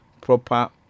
proper